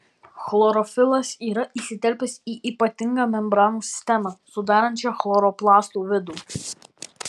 chlorofilas yra įsiterpęs į ypatingą membranų sistemą sudarančią chloroplastų vidų